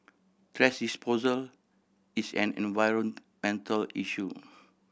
thrash disposal is an environmental issue